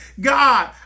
God